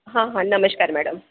हां हां नमस्कार मॅडम